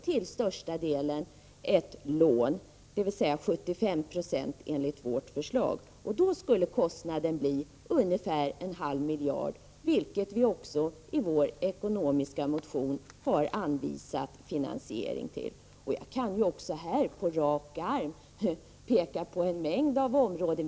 Till största delen skall det vara ett lån, 75 96 enligt vårt förslag. Kostnaden skulle bli ungefär en halv miljard, vilket vii vår ekonomiska motion har anvisat finansiering till. Jag kan på rak arm peka på en mängd områden varifrån man kan ta pengar till studiemedel.